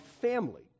family